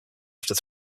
after